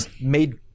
made